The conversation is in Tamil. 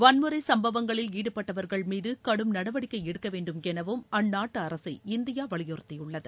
வன்முறை சம்பவங்களில் ஈடுபட்டவர்கள் மீது கடும் நடவடிக்கை எடுக்க வேண்டும் எனவும் அந்நாட்டு அரசை இந்தியா வலியுறுத்தியுள்ளது